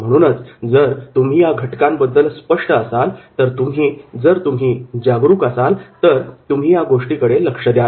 म्हणूनच जर तुम्ही या घटकांबद्दल स्पष्ट असाल जर तुम्ही जागरूक असाल तर तुम्ही या गोष्टीकडे लक्ष द्याल